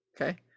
okay